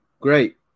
great